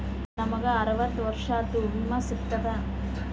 ನಮ್ ಗ ಅರವತ್ತ ವರ್ಷಾತು ವಿಮಾ ಸಿಗ್ತದಾ?